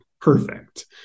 perfect